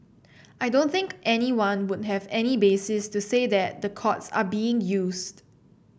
I don't think anyone would have any basis to say that the courts are being used